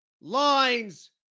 lines